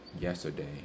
yesterday